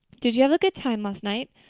did you have a good time last night?